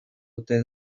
ote